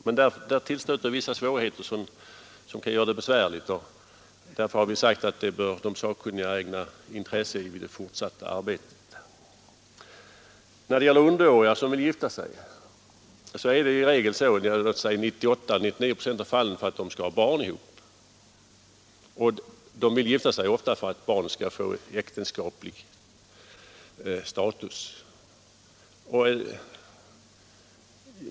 Men det tillstöter vissa svårigheter, och därför har vi sagt att de sakkunniga bör ägna intresse åt detta vid det fortsatta arbetet. När underåriga vill gifta sig är det i regel — i 98 eller 99 procent av fallen — för att de skall ha barn ihop; de vill att barnet skall få äktenskaplig status.